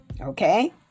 okay